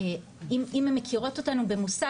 אם הן מכירות אותנו במושג,